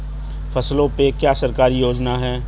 फसलों पे क्या सरकारी योजना है?